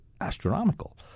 astronomical